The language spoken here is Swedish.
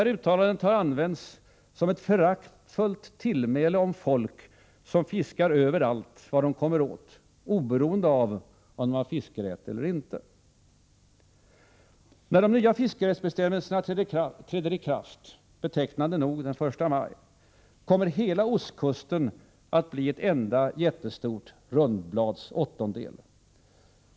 Uttalandet har använts som ett föraktfullt tillmäle om folk som fiskar överallt var de kommer åt, oberoende av om de har fiskerätt eller inte. När de nya fiskerättsbestämmelserna träder i kraft — betecknande nog den 1 maj —- kommer hela ostkusten att bli en enda jättestor ”Rundblads åttondel”.